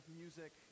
music